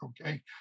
okay